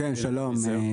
כן, שלום.